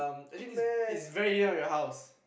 actually this it's very near your house